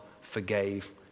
forgave